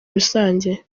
rusange